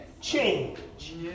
change